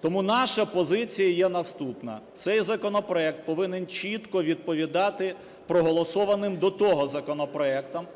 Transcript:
Тому наша позиція є наступна: цей законопроект повинен чітко відповідати проголосованим до того законопроектам,